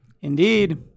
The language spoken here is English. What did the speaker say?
Indeed